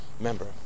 member